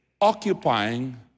occupying